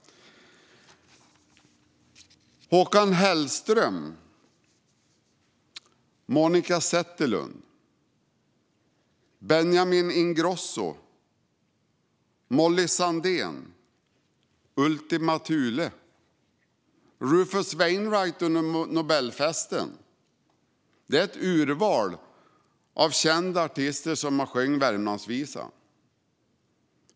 Håkan Hellström, Monica Zetterlund, Benjamin Ingrosso, Molly Sandén, Ultima Thule och Rufus Wainwraight under Nobelfesten är ett urval kända artister som sjungit Värmlandsvisan .